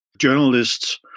journalists